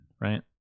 right